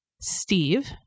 Steve